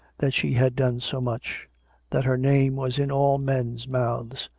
that she had done so much that her name was in all men's mouths.